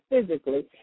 physically